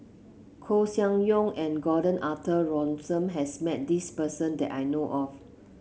Koeh Sia Yong and Gordon Arthur Ransome has met this person that I know of